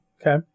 Okay